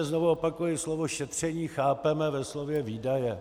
A znovu opakuji: slovo šetření chápeme ve slově výdaje.